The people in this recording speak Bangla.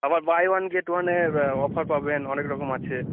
আবার বাই ওয়ান গেট ওয়ানের অফার পাবেন অনেক রকম আছে